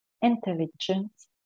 intelligence